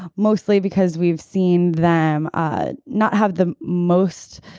mostly because we've seen them ah not have the most